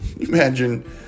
Imagine